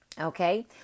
okay